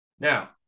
Now